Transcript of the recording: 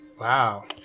Wow